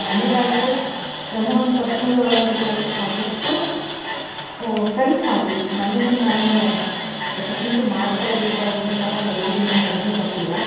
ಮನೆಗೆ ಆಯಿತು ನನ್ನ ಒಂದು ಪರ್ಸನಲ್ ಇದಕ್ಕೆ ಆಯಿತು ಸಾಕಷ್ಟು ಸೆಲ್ಫ್ ಆಗಿ ನನ್ನನ್ನ ನಾನು ರೆಪ್ರೆಸೆಂಟು ಮಾಡ್ಕೊಳೊದಿಕ್ಕೆ ಆಗಿನು ಸಹ ಕಲ್ತಿದ್ದಿನಿ ಅಂತಂದರೂನು ತಪ್ಪಿಲ್ಲ